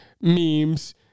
memes